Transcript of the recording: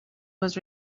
was